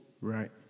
Right